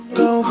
go